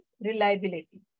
reliability